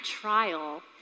trial